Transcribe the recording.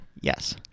Yes